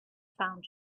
found